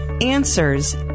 answers